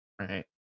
Right